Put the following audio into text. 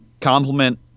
compliment